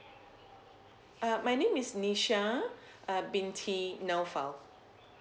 uh my name is nisha uh binti naufal